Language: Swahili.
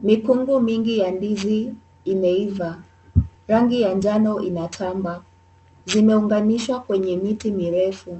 Mikungu mingi ya ndizi imeiva. Rangi ya njano inatamba. Zimeunganishwa kwenye miti mirefu.